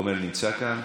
עמר נמצא כאן?